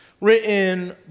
written